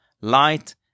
light